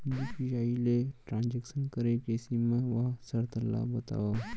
UPI ले transaction करे के सीमा व शर्त ला बतावव?